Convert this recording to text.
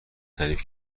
تعریف